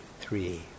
three